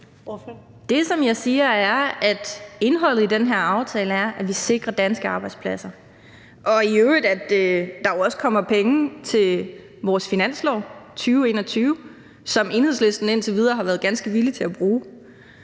Det, som jeg siger, er, at indholdet i den her aftale er, at vi sikrer danske arbejdspladser, og i øvrigt at der jo også kommer penge til vores finanslov 2021, som Enhedslisten indtil videre har været ganske villig til at bruge.